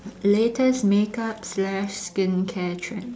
latest makeup slash skincare trend